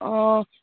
অঁ